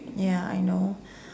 ya I know